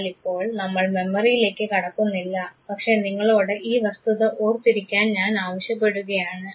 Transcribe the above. എന്നാൽ ഇപ്പോൾ നമ്മൾ മെമ്മറിയിലേക്ക് കടക്കുന്നില്ല പക്ഷേ നിങ്ങളോട് ഈ വസ്തുത ഓർത്തിരിക്കാൻ ഞാൻ ആവശ്യപ്പെടുകയാണ്